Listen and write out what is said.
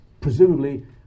presumably